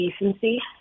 decency